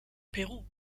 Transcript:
peru